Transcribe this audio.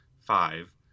five